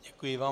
Děkuji vám.